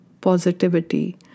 positivity